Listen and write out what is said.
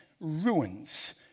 ruins